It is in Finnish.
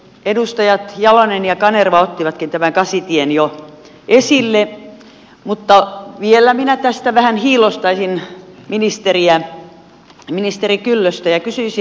edustajat jalonen ja kanerva ottivatkin tämän kasitien jo esille mutta vielä minä tästä vähän hiillostaisin ministeri kyllöstä ja kysyisin